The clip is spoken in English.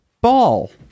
ball